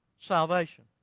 salvation